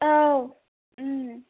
औ ओं